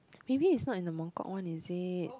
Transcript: maybe it's not in the Mongkok one is it